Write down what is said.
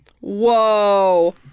Whoa